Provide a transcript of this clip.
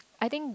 I think